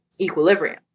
equilibrium